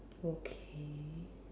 okay